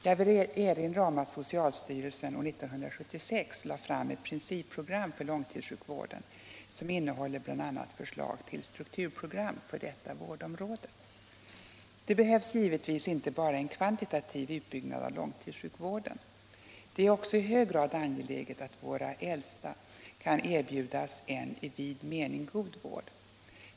Jag vill erinra om att socialstyrelsen år 1976 lade fram ett principprogram för långtidssjukvården som innehåller bl.a. förslag till strukturprogram för detta vårdområde. Det behövs givetvis inte bara en kvantitativ utbyggnad av långtidssjukvården. Det är också i hög grad angeläget att våra äldre kan erbjudas en i vid mening god vård.